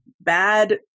bad